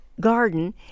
garden